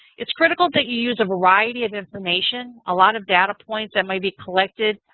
it's critical that you use a variety of information, a lot of data points that may be collected.